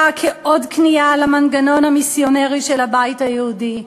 כעוד כניעה למנגנון המיסיונרי של הבית היהודי.